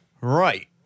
Right